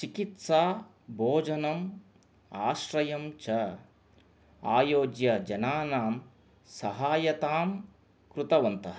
चिकित्सा भोजनम् आश्रयं च आयोज्य जनानां सहायतां कृतवन्तः